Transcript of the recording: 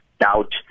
doubt